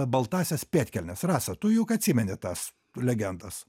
baltąsias pėdkelnes rasa tu juk atsimeni tas legendas